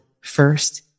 first